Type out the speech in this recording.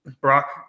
Brock